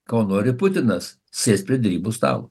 ko nori putinas sėst prie derybų stalo